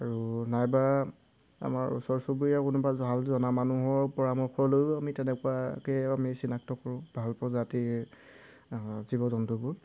আৰু নাইবা আমাৰ ওচৰ চুবুৰীয়া কোনোবা ভাল জনা মানুহৰ পৰামৰ্শ লৈও আমি তেনেকুৱাকৈ আমি চিনাক্ত কৰোঁ ভাল প্ৰজাতিৰ জীৱ জন্তুবোৰ